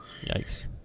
Yikes